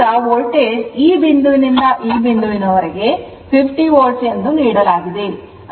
ಈಗ ವೋಲ್ಟೇಜ್ ಈ ಬಿಂದುವಿನಿಂದ ಈ ಬಿಂದುವಿನವರೆಗೆ 50 volt ಎಂದು ನೀಡಲಾಗಿದೆ